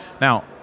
Now